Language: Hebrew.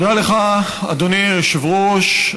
תודה לך, אדוני היושב-ראש.